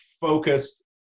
focused